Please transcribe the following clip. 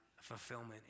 fulfillment